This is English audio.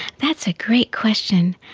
that's a great question.